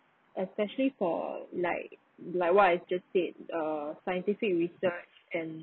especially for like like what I just said err scientific research and